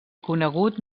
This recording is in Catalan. conegut